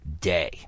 day